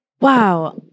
Wow